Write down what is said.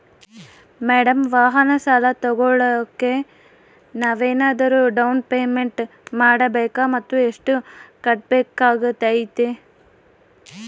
Madam ವಾಹನ ಸಾಲ ತೋಗೊಳೋಕೆ ನಾವೇನಾದರೂ ಡೌನ್ ಪೇಮೆಂಟ್ ಮಾಡಬೇಕಾ ಮತ್ತು ಎಷ್ಟು ಕಟ್ಬೇಕಾಗ್ತೈತೆ?